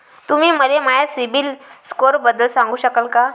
तुम्ही मले माया सीबील स्कोअरबद्दल सांगू शकाल का?